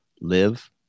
Live